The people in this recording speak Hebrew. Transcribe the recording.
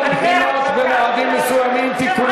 בחינות במועדים מסוימים) קואליציה,